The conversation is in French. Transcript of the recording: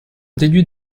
déduit